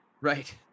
Right